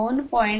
15